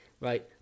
right